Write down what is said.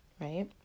Right